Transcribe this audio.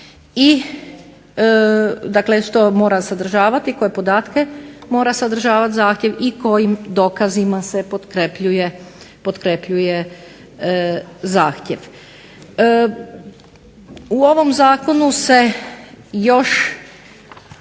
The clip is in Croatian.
dakle što mora sadržavati, koje podatke mora sadržavati zahtjev i kojim dokazima se potkrepljuje zahtjev. U ovom zakonu se još,